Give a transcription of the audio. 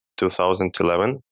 2011